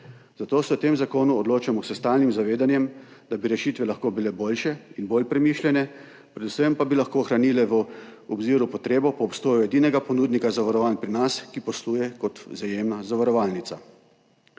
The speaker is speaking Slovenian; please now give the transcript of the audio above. zato se o tem zakonu odločamo s stalnim zavedanjem, da bi rešitve lahko bile boljše in bolj premišljene, predvsem pa bi lahko ohranile v obziru potrebo po obstoju edinega ponudnika zavarovanj pri nas, ki posluje kot vzajemna zavarovalnica.